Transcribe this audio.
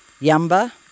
Yamba